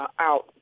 out